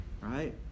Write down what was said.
Right